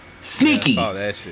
Sneaky